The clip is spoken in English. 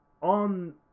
on